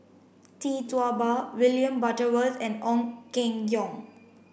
Tee Tua Ba William Butterworth and Ong Keng Yong